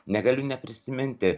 negaliu neprisiminti